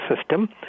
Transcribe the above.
system